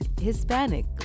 Hispanic